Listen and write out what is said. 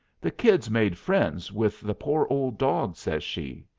the kid's made friends with the poor old dog, says she.